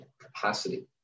capacity